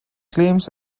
claims